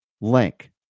link